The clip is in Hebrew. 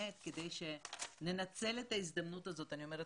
כדי שננצל את ההזדמנות הזאת אני אומרת